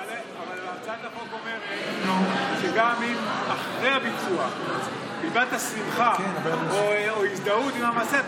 אבל הצעת החוק אומרת שגם אם אחרי הביצוע הבעת שמחה או הזדהות עם המעשה,